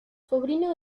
sobrino